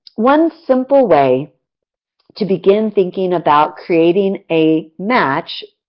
one simple way to begin thinking about creating a match,